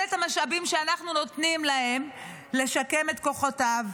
את המשאבים שאנחנו נותנים להם כדי לשקם את כוחותיו,